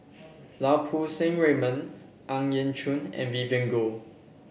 Lau Poo Seng Raymond Ang Yau Choon and Vivien Goh